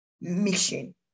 mission